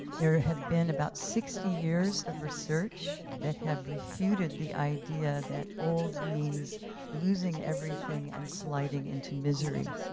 there have been about sixty years of research that have refuted the idea that old means losing everything and sliding into misery.